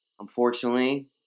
Unfortunately